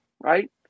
right